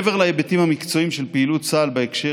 מעבר להיבטים המקצועיים של פעילות צה"ל בהקשר